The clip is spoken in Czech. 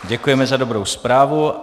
Děkujeme za dobrou zprávu.